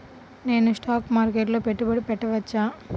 నేను స్టాక్ మార్కెట్లో పెట్టుబడి పెట్టవచ్చా?